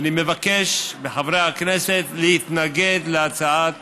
אני מבקש מחברי הכנסת להתנגד להצעת החוק.